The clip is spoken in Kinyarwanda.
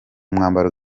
mwambaro